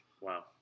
Wow